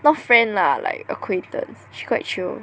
not friend lah like acquaintance she quite chio